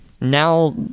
Now